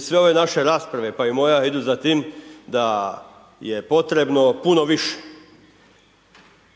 sve ove naše rasprave, pa i moja, idu za tim da je potrebno puno više,